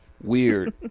weird